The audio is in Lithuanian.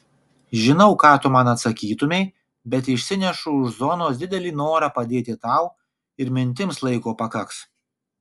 žinau ką tu man atsakytumei bet išsinešu už zonos didelį norą padėti tau ir mintims laiko pakaks